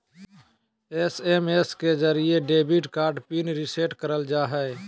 SMS के जरिये debit card pin reset करल जा हय